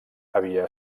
havia